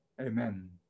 Amen